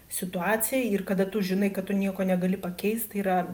situacija ir kada tu žinai kad tu nieko negali pakeist yra